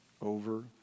over